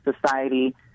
society